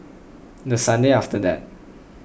the Sunday after that